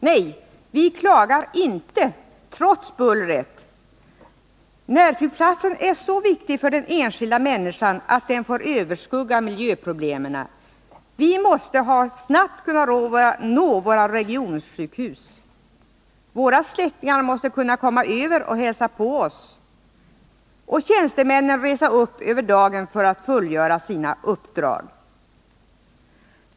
Nej, vi klagar inte trots bullret. Närflygplatsen är så viktig för den enskilda människan att det får överskugga miljöproblemen. Vi måste snabbt kunna nå våra regionsjukhus. Våra släktingar måste kunna komma över och hälsa på oss, och tjänstemännen måste kunna resa över dagen för att fullgöra sina uppdrag.